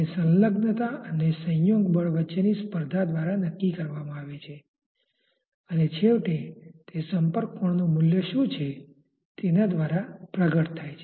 તે સંલગ્નતા અને સંયોગ બળ વચ્ચેની સ્પર્ધા દ્વારા નક્કી કરવામાં આવે છે અને છેવટે તે સંપર્ક કોણનું મૂલ્ય શું છે તેના દ્વારા પ્રગટ થાય છે